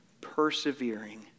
persevering